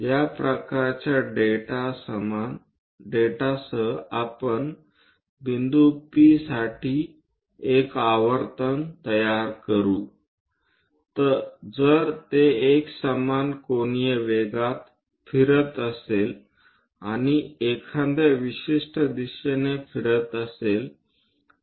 या प्रकारच्या डेटासह आपण बिंदू P साठी एक आवर्तन तयार करू जर ते एकसमान कोनीय वेगात फिरत असेल आणि एखाद्या विशिष्ट दिशेने फिरत असेल तर